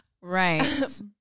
Right